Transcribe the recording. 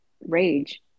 rage